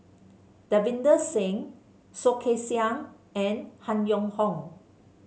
Davinder Singh Soh Kay Siang and Han Yong Hong